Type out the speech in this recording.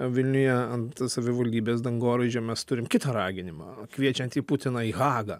vilniuje ant savivaldybės dangoraižio mes turim kitą raginimą kviečiantį putiną į hagą